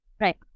Right